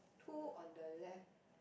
two on the left